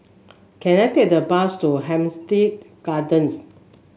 can I take a bus to Hampstead Gardens